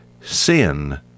sin